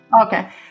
Okay